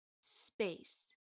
space